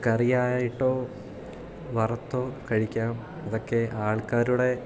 കറിയായിട്ടോ വറുത്തോ കഴിക്കാം ഇതൊക്കെ ആൾക്കാരുടെ